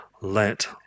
let